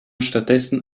stattdessen